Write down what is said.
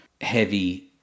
heavy